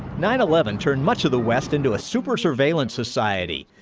nine eleven turned much of the west into a super surveillance society,